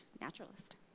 naturalist